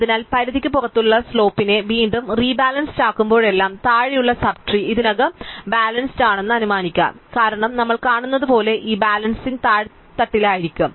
അതിനാൽ പരിധിക്ക് പുറത്തുള്ള സ്ലോപ്പ്നെ ഞങ്ങൾ വീണ്ടും റീബാലൻസ് അക്കുമ്പോഴെല്ലാം താഴെയുള്ള സബ്ട്രീ ഇതിനകം ബാലൻസ്ഡ് അണെന്ന് നിങ്ങൾ അനുമാനിക്കും കാരണം നമ്മൾ കാണുന്നതുപോലെ ഈ ബാലൻസിംഗ് താഴെത്തട്ടിലായിരിക്കും